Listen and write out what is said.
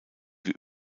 wie